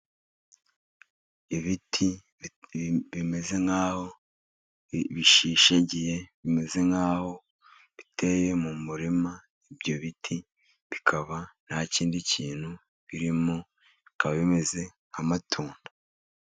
Ibiti bimeze nk'aho bishingiye bimeze nk'aho biteye mu murima. Ibyo biti bikaba nta kindi kintu birimo bikaba bimeze nk'amatunda.